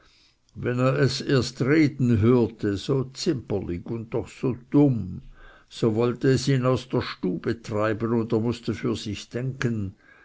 wenn er es erst reden hörte so zimperlig und doch so dumm so wollte es ihn aus der stube treiben und er mußte für sich denken